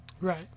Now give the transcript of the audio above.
Right